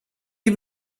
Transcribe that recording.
die